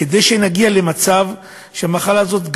כדי שנגיע למצב שהמחלה הזאת,